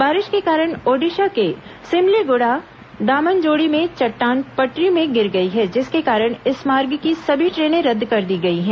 बारिश के कारण ओडिशा के सिमलीगुड़ा दामनजोड़ी में चट्टान पटरी में गिर गई है जिसके कारण इंस मार्ग की सभी ट्रेनें रद्द कर दी गई हैं